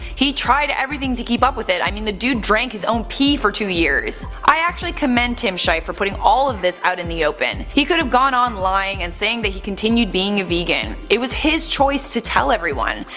he tried everything to keep up with it. i mean the dude drank his own pee for two years. i actually commend tim sheiff for putting all this out in the open. he could have gone on lying and saying that he continued being a vegan, it was his choice to tell everyone.